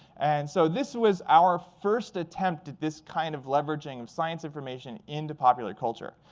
and so this was our first attempt at this kind of leveraging and science information into popular culture.